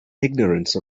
ignorance